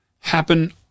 happen